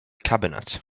cabinet